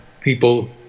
People